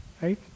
right